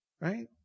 right